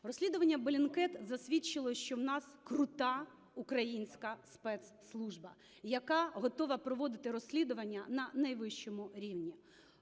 Розслідування Bellingcat засвідчило, що у нас крута українська спецслужба, яка готова проводити розслідування на найвищому рівні.